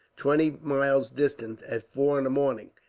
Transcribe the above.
twenty miles distant, at four in the morning.